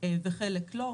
וחלק לא.